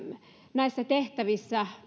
näissä tehtävissä